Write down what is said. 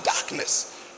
darkness